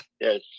yes